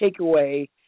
takeaway